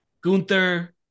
Gunther